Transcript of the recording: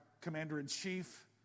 commander-in-chief